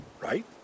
right